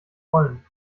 rollen